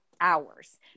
hours